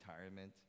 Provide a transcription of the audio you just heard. retirement